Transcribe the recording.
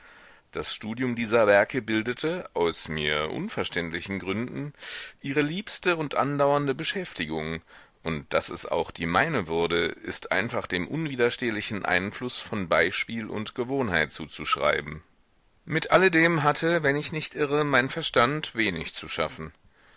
das studium dieser werke bildete aus mir unverständlichen gründen ihre liebste und andauernde beschäftigung und daß es auch die meine wurde ist einfach dem unwiderstehlichen einfluß von beispiel und gewohnheit zuzuschreiben mit alledem hatte wenn ich nicht irre mein verstand wenig zu schaffen